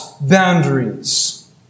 boundaries